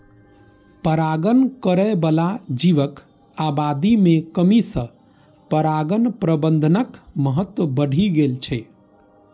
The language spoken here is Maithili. परागण करै बला जीवक आबादी मे कमी सं परागण प्रबंधनक महत्व बढ़ि गेल छै